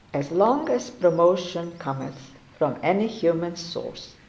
as long as promotion cometh from any human source,